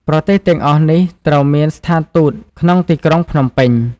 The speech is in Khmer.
ប្រទេសទាំងអស់នេះត្រូវមានស្ថានទូតក្នុងទីក្រុងភ្នំពេញ។